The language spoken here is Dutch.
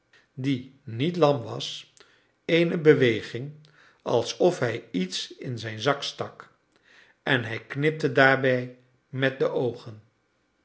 die niet lam was eene beweging alsof hij iets in zijn zak stak en hij knipte daarbij met de oogen